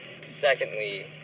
secondly